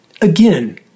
again